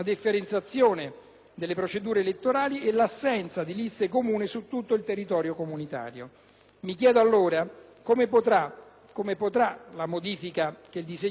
Mi chiedo allora come potrà la modifica che il disegno di legge n. 1360 apporta alla nostra legge elettorale cambiare questo quadro.